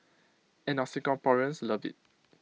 and our Singaporeans love IT